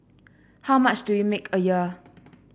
how much do you make a year